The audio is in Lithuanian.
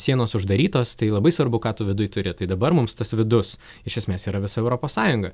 sienos uždarytos tai labai svarbu ką tu viduj turi tai dabar mums tas vidus iš esmės yra visa europos sąjunga